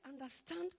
understand